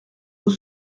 pour